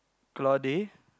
caudalie